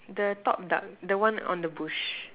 the top duck the one on the bush